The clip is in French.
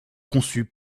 conçu